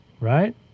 Right